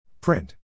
Print